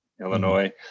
Illinois